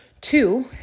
Two